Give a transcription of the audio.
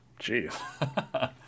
Jeez